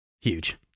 huge